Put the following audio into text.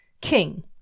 king